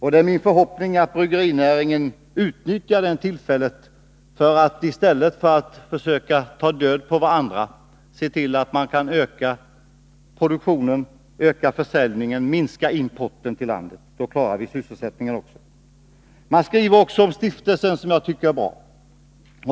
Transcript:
Det är min förhoppning att företagen inom bryggerinäringen utnyttjar det tillfället att, i stället för att försöka ta död på varandra, öka produktionen, öka försäljningen och minska importen till landet. Då klarar vi sysselsättningen också. Det man skriver om stiftelsen tycker jag också är bra.